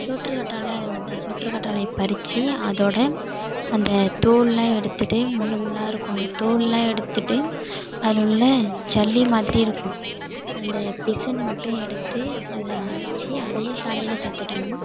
சோற்றுக்கற்றாழையும் அதைமேரி தான் சோற்றுக்கற்றாழையை பறிச்சு அதோடய அந்த தோல்லாம் எடுத்துட்டு முள் முள்ளாக இருக்கும் அந்த தோல்லாம் எடுத்துட்டு அதில் உள்ள ஜெல்லி மாதிரி இருக்கும் அந்த பிசின் மட்டும் எடுத்து அதை அரைச்சி அதையும் தலையில் சேர்த்துட்டணும்